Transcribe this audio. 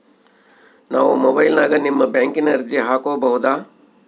ನಾವು ಮೊಬೈಲಿನ್ಯಾಗ ನಿಮ್ಮ ಬ್ಯಾಂಕಿನ ಅರ್ಜಿ ಹಾಕೊಬಹುದಾ?